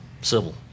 civil